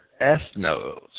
ethnos